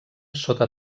sota